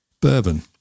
bourbon